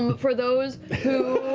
for those who